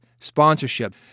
Sponsorship